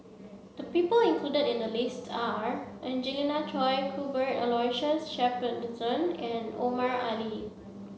the people included in the list are Angelina Choy Cuthbert Aloysius Shepherdson and Omar Ali